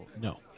No